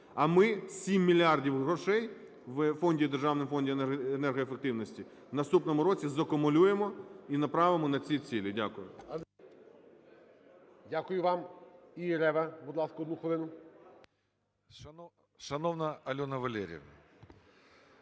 А ми 7 мільярдів грошей у державному Фонді енергоефективності в наступному році закумулюємо і направимо на ці цілі. Дякую.